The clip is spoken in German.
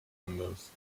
anders